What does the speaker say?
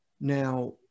now